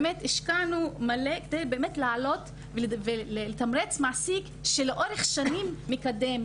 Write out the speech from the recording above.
באמת השקענו מלא כדי להעלות ולתמרץ מעסיק שלאורך שנים מקדם,